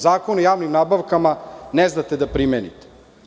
Zakon o javnim nabavkama ne znate da primenite.